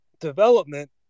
development